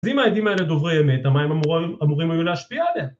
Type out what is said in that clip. ‫אז אם העדים האלה דוברים אמת, ‫המים אמורים היו להשפיע עליהם.